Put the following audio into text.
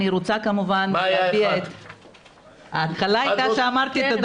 אני רוצה כמובן להעביר למד"א את הערכתנו ואני חושבת גם של